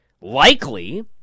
likely